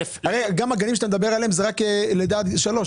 הרי גם גני הילדים הם רק מלידה עד גיל שלוש,